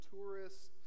Tourists